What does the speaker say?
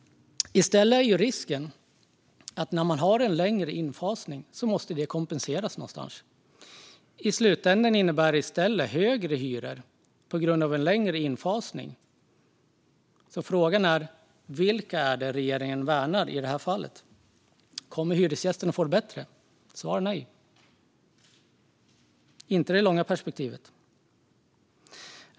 Risken med en längre infasning är i stället att det måste kompenseras någonstans. I slutändan innebär det i stället högre hyror på grund av en längre infasning. Vilka värnar regeringen i det här fallet? Kommer hyresgästen att få det bättre? Svar nej, inte i det långa perspektivet.